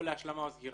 או להשלמה, או לסגירה.